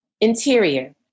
Interior